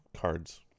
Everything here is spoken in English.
cards